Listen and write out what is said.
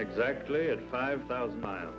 exactly at five thousand miles